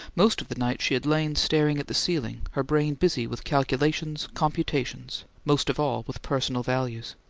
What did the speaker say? most of the night she had lain staring at the ceiling, her brain busy with calculations, computations, most of all with personal values.